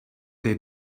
they